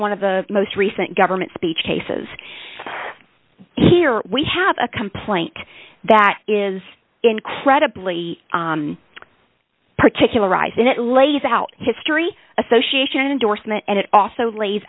one of the most recent government speech cases here we have a complaint that is incredibly particularized and it lays out history association endorsement and it also l